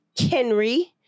Kenry